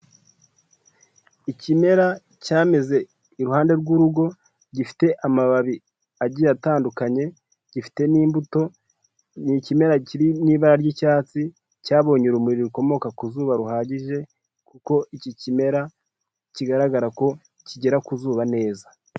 Ikimera cyameze iruhande rw'urugo, gifite amababi agiye atandukanye, gifite n'imbuto, ni ikimera kiri mu ibara ry'icyatsi cyabonye urumuri rukomoka ku zuba ruhagije kuko iki kimera kigaragara ko kigera ku zuba neza.